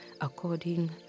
according